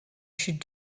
should